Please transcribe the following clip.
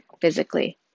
physically